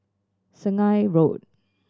Sungei Road